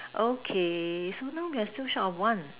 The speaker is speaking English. okay so now we are still short of one